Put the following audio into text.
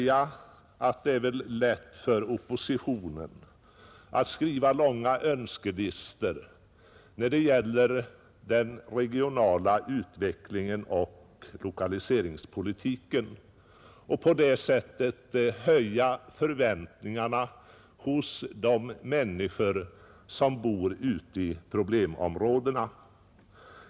Det är lätt för oppositionen att skriva långa önskelistor när det gäller den regionala utvecklingen och lokaliseringspolitiken och på det sättet höja förväntningarna hos de människor som bor ute i problemområdena.